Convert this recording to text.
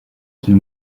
qu’il